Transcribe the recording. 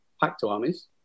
Pacto-Armies